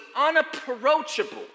unapproachable